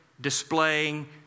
displaying